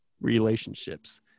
relationships